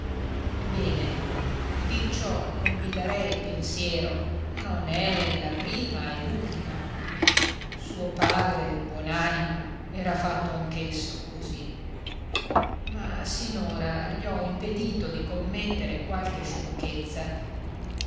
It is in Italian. bene di ciò non mi darei pensiero non è la prima e l'ultima suo padre buon'anima era fatto anch'esso così ma sinora gli ho impedito di commettere qualche sciocchezza